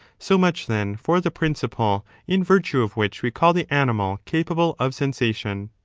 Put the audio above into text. so much, then, for the principle in virtue of which we call the animal capable of sensation.